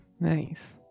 Nice